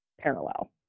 parallel